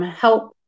help